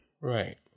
Right